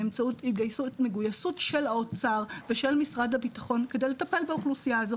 באמצעות מגויסות של האוצר ושל משרד הביטחון כדי לטפל באוכלוסייה הזו,